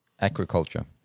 Agriculture